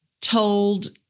told